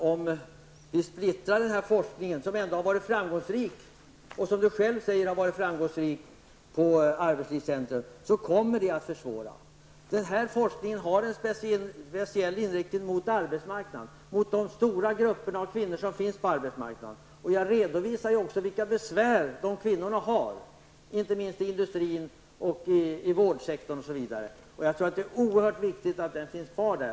Om vi splittrar forskningen, som ändå har varit framgångsrik på arbetslivscentrum, kommer det att bli sämre, Göran Engström. Denna forskning har en speciell inriktning mot de stora grupperna av kvinnor som finns på arbetsmarknaden. Jag redovisade också vilka besvär dessa kvinnor har, inte minst i industrin och i vårdsektorn osv. Jag tror därför att det är oerhört viktigt att forskningen finns kvar.